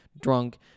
drunk